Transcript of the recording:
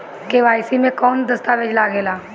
KYC मे कौन दश्तावेज लागेला?